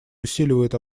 усиливают